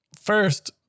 first